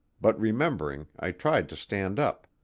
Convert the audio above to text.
but remembering, i tried to stand up.